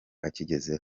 akigezeho